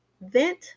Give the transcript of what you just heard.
vent